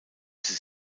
sie